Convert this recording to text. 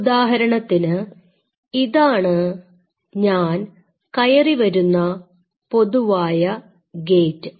ഉദാഹരണത്തിന് ഇതാണ് ഞാൻ കയറി വരുന്ന പൊതുവായ ഗേറ്റ്